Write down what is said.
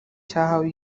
cyahawe